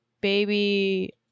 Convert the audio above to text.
Baby